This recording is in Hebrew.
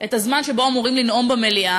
את הזמן שבו אמורים לנאום במליאה,